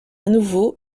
nouveau